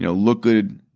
you know look good,